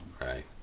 Right